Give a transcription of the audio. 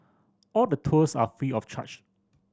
all the tours are free of charge